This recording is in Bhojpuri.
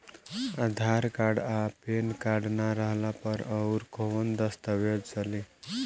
आधार कार्ड आ पेन कार्ड ना रहला पर अउरकवन दस्तावेज चली?